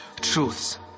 truths